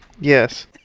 Yes